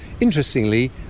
interestingly